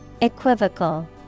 Equivocal